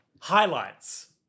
Highlights